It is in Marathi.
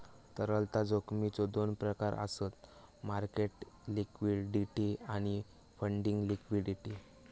तरलता जोखमीचो दोन प्रकार आसत मार्केट लिक्विडिटी आणि फंडिंग लिक्विडिटी